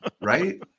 right